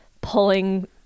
pulling